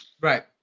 Right